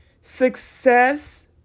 success